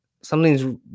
something's